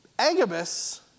Agabus